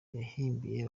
yahimbiye